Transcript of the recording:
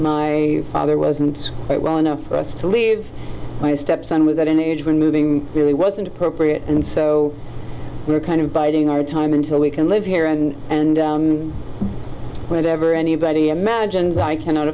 my father wasn't quite well enough for us to leave my stepson was at an age when moving really wasn't appropriate and so we're kind of biting our time until we can live here and and whatever anybody imagines i cannot